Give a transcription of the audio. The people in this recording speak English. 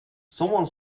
someone